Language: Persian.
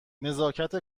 نزاکت